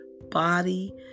body